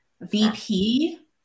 vp